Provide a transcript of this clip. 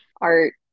art